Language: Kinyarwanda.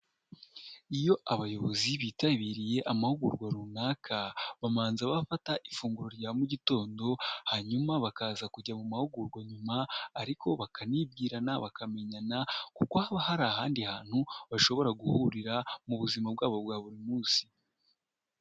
Iyo abayobozi bitabiriye amahugurwa runaka, bamanza bafata ifunguro rya mu gitondo, hanyuma bakaza kujya mu mahugurwa nyuma, ariko bakanibwirana, bakamenyana kuko haba hari ahandi hantu bashobora guhurira mu buzima bwabo bwa buri munsi.